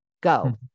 Go